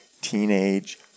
teenage